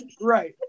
right